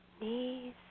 knees